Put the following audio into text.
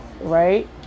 right